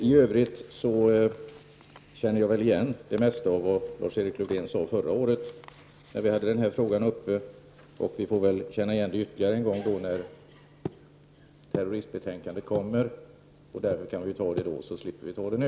I övrigt känner jag igen det mesta av det Lars-Erik Lövdén sade förra året när den här frågan var uppe till debatt. Vi får väl känna igen det ytterligare en gång när terroristbetänkandet läggs fram. Vi kan föra debatten då i stället för nu.